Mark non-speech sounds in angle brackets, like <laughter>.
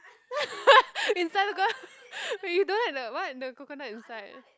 <laughs> inside got <laughs> wait you don't like the what the coconut inside